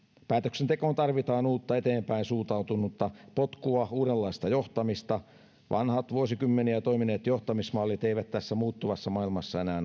päätöksentekoon tarvitaan uutta eteenpäin suuntautunutta potkua uudenlaista johtamista vanhat vuosikymmeniä toimineet johtamismallit eivät tässä muuttuvassa maailmassa enää